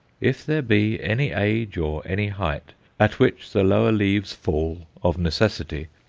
if there be any age or any height at which the lower leaves fall of necessity,